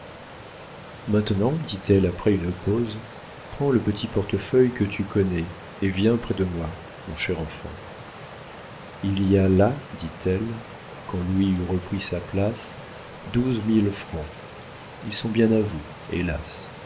maintenant dit-elle après une pause prends le petit portefeuille que tu connais et viens près de moi mon cher enfant il y a là dit-elle quand louis eut repris sa place douze mille francs ils sont bien à vous hélas